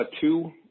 two